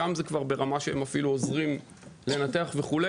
שם זה כבר ברמה שהם אפילו עוזרים לנתח וכו'.